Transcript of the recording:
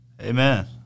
Amen